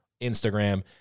Instagram